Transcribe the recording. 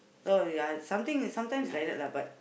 oh ya something sometimes like that lah but